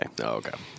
okay